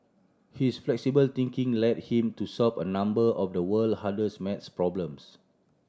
his flexible thinking led him to solve a number of the world hardest math problems